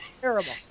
Terrible